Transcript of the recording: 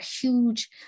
huge